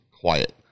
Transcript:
quiet